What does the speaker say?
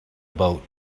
boat